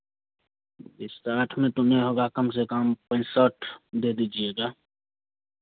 इ साठ में तो नहीं होगा कम से कम पैंसठ दे दीजिएगा